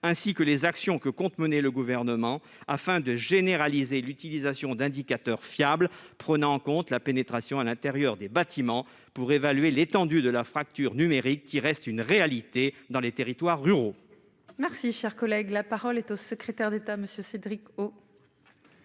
ainsi que les actions que compte mener le gouvernement afin de généraliser l'utilisation d'indicateurs fiables, prenant en compte la pénétration à l'intérieur des bâtiments pour évaluer l'étendue de la fracture numérique, qui reste une réalité dans les territoires ruraux. Merci, cher collègue, la parole est au secrétaire d'État Monsieur Cédric O.